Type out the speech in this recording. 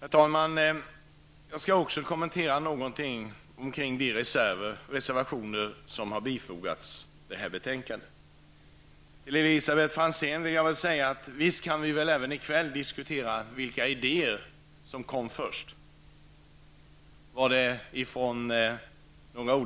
Herr talman! Jag vill även kommentera de reservationer som har fogats till betänkandet. Till Elisabet Franzén vill jag säga att vi visst även i kväll kan diskutera vem som kom först med idéerna. Var det